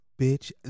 Bitch